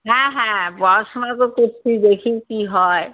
হ্যাঁ হ্যাঁ পড়াশোনা তো করছি দেখি কী হয়